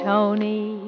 Tony